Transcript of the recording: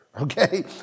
okay